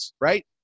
right